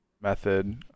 method